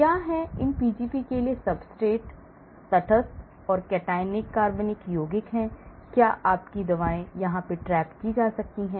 क्या हैं इन Pgp के लिए सब्सट्रेट तटस्थ और cationic कार्बनिक यौगिक है जहां आपकी दवाएं पकड़ी जा सकती हैं